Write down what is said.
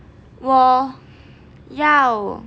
我要